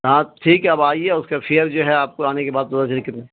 ہاں ٹھیک ہے اب آئیے اس کا فیئر جو ہے آپ کو آنے کے بعد در کےے